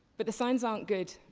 but the signs aren't good.